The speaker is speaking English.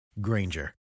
Granger